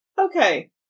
Okay